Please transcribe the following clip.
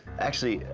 actually,